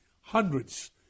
hundreds